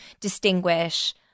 distinguish